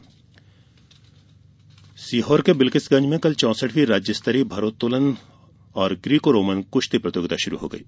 प्रतियोगिता सीहोर के बिलकिसगंज में कल चौसठवीं राज्य स्तरीय भारोत्तोलन और ग्रीकोरोमन कुश्ती प्रतियोगिता शुरू हो गयी